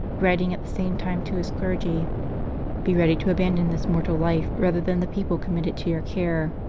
writing at the same time to his clergy be ready to abandon this mortal life rather than the people committed to your care.